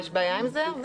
יש בעיה עם זה?